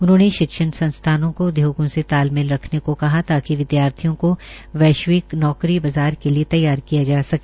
उन्होंने शिक्षण संस्थानों को उदयोगों से तालमेल रखने को कहा कि ताकि विदयार्थियों का वैश्विक नौकरी बाज़ार के लिये तैयार किया जा सके